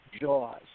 jaws